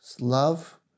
love